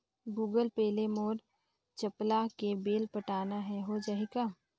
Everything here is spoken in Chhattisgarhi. गूगल पे ले मोल चपला के बिल पटाना हे, हो जाही का?